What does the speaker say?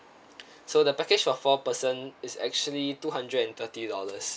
so the package for four person is actually two hundred and thirty dollars